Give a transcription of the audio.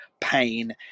pain